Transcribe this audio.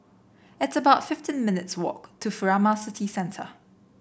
it's about fifteen minutes' walk to Furama City Centre